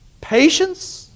patience